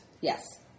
Yes